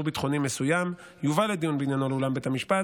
ביטחוני מסוים יובא לדיון בעניינו לאולם בית המשפט,